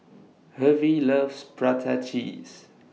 Hervey loves Prata Cheese